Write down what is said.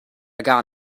gar